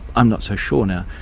i'm not so sure now,